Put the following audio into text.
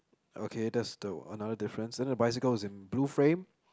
okay that's the another difference then the bicycle is in blue frame